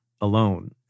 alone